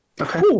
Okay